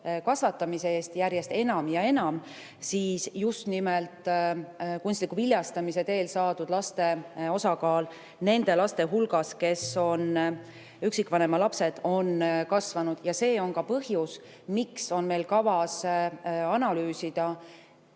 kasvatamise eest järjest enam ja enam, siis just nimelt kunstliku viljastamise teel saadud laste osakaal nende laste hulgas, kes on üksikvanema lapsed, on kasvanud. See on ka põhjus, miks on meil kavas analüüsida